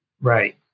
Right